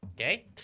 Okay